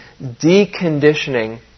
deconditioning